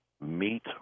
meet